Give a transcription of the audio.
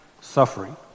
suffering